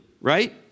right